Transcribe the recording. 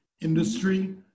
industry